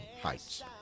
heights